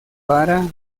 para